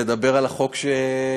ולדבר על החוק שמוצע,